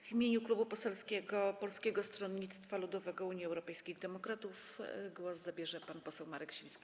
W imieniu Klubu Poselskiego Polskiego Stronnictwa Ludowego - Unii Europejskich Demokratów głos zabierze pan poseł Marek Sawicki.